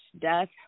death